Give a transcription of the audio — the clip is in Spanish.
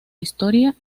historia